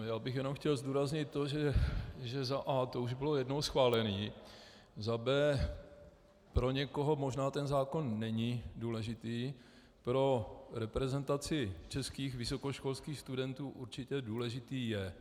Já bych jenom chtěl zdůraznit to, že za a) to už bylo jednou schválené, za b) pro někoho možná ten zákon není důležitý, ale pro reprezentaci českých vysokoškolských studentů určitě je.